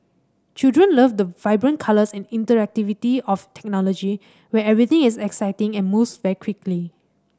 children love the vibrant colours and interactivity of technology where everything is exciting and moves very quickly